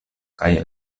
kaj